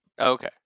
Okay